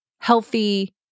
healthy